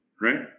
right